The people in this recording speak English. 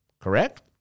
Correct